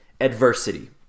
adversity